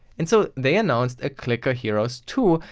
and so they announced a clicker heroes two,